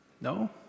No